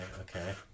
okay